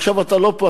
עכשיו אתה לא פה,